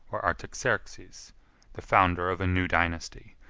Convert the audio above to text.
or artaxerxes the founder of a new dynasty,